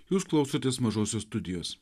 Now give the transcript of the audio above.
jūs klausotės mažosios studijos